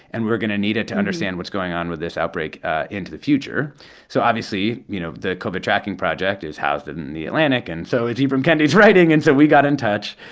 and we're going to need it to understand what's going on with this outbreak into the future so obviously, you know, the covid tracking project is housed in the atlantic. and so it's ibram kennedy's writing. and so we got in touch.